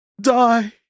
Die